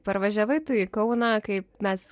parvažiavai tu į kauną kaip mes